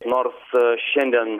nors šiandien